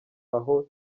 aho